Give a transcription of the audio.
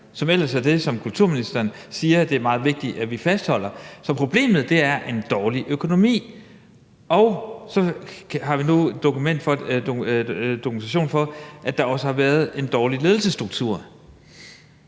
som ellers er det, som kulturministeren siger er meget vigtigt at fastholde. Så problemet er en dårlig økonomi, og så har vi nu en dokumentation for, at der også har været en dårlig ledelsesstruktur.